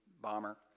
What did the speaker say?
bomber